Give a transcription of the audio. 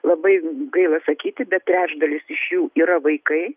labai gaila sakyti bet trečdalis iš jų yra vaikai